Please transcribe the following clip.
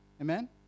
Amen